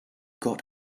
got